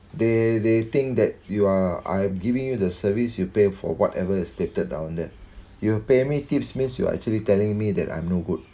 they they think that you are I am giving you the service you pay for whatever stated on that you pay me tips means you are actually telling me that I'm no good